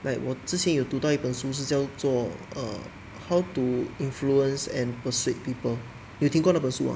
like 我之前有读到一本书是叫做 err how to influence and persuade people 你有听过那本书 mah